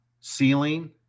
ceiling